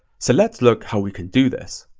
so let's look how we can do this.